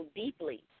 deeply